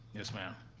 yes, ma'am.